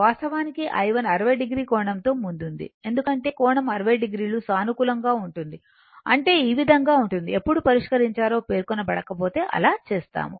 వాస్తవానికి i1 60 o కోణం తో ముందుంది ఎందుకంటే కోణం 60 o సానుకూలంగా ఉంటుంది అంటే ఈ విధంగా ఉంటుంది ఎప్పుడు పరిష్కరించాలో పేర్కొనబడకపోతే అలా చేస్తాము